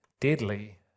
Deadly